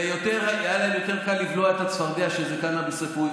היה להם יותר קל לבלוע את הצפרדע שזה קנביס רפואי.